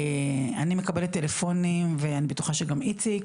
אני מקבלת טלפונים ואני בטוחה שגם איציק,